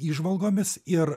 įžvalgomis ir